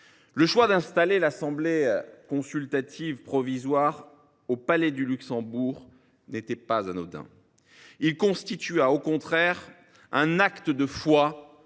Le choix d’installer l’Assemblée consultative provisoire au Palais du Luxembourg n’était pas anodin ; il constitua un acte de foi